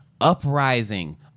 uprising